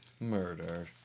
murder